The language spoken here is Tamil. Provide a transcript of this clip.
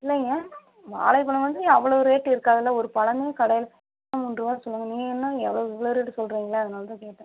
இல்லைங்க வாழைப் பழம் வந்து அவ்வளோ ரேட்டு இருக்காதுல்லை ஒரு பழமே கடையில் மூன்றுபா சொல்லுவாங்க நீங்கள் என்னங்க எவ்வளவு இவ்வளோ ரேட்டு சொல்றிங்கள்லை அதனால் தான் கேட்டேன்